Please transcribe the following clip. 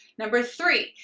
number three,